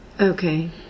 Okay